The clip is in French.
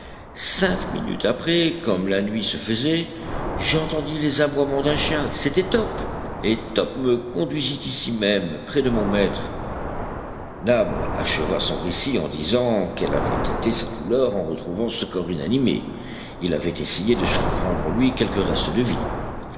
cinq minutes après comme la nuit se faisait j'entendis les aboiements d'un chien c'était top et top me conduisit ici même près de mon maître nab acheva son récit en disant quelle avait été sa douleur en retrouvant ce corps inanimé il avait essayé de surprendre en lui quelque reste de vie